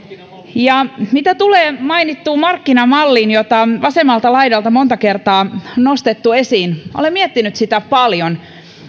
mitä tulee mainittuun markkinamalliin jota vasemmalta laidalta monta kertaa on nostettu esiin olen miettinyt sitä paljon